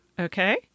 Okay